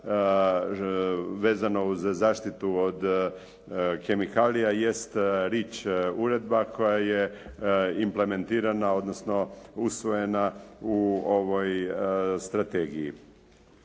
vezano uz zaštitu od kemikalija jest Rich uredba koja je implementirana, odnosno usvojena u ovoj strategiji.